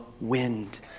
wind